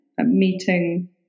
meeting